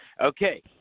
Okay